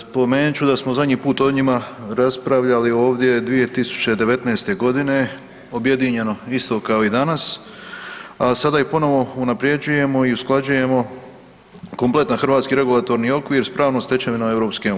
Spomenut ću da smo zadnji put o njima raspravljali ovdje 2019.g. objedinjeno isto kao i danas, a sada ih ponovo unapređujemo i usklađujemo kompletan hrvatski regulatorni okvir s pravnom stečevinom EU.